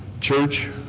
Church